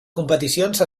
competicions